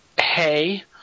hey